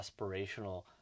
aspirational